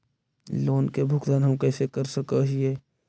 Loan के भुगतान हम कैसे कैसे कर सक हिय?